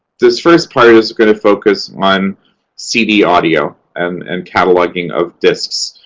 this first part is going to focus on cd audio and and cataloging of discs.